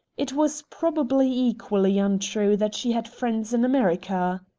it was probably equally untrue that she had friends in america.